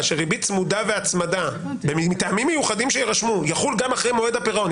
שריבית צמודה והצמדה מטעמים מיוחדים שיירשמו יחול גם אחרי מועד הפירעון,